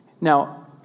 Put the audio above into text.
Now